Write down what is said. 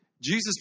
Jesus